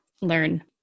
learn